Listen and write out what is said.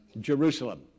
Jerusalem